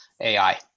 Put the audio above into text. AI